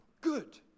good